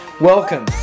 Welcome